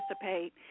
participate